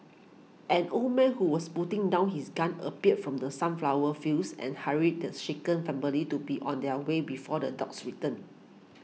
an old man who was putting down his gun appeared from the sunflower fields and hurried the shaken family to be on their way before the dogs return